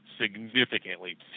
significantly